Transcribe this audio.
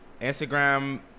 Instagram